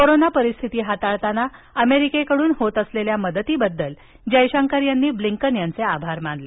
corona परिस्थिती हाताळताना अमेरिकेकडून होत असलेल्या मदतीबद्दल जयशंकर यांनी ब्लिंकन यांचे आभार मानले